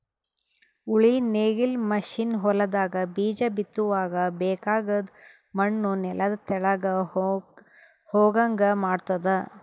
ಉಳಿ ನೇಗಿಲ್ ಮಷೀನ್ ಹೊಲದಾಗ ಬೀಜ ಬಿತ್ತುವಾಗ ಬೇಕಾಗದ್ ಮಣ್ಣು ನೆಲದ ತೆಳಗ್ ಹೋಗಂಗ್ ಮಾಡ್ತುದ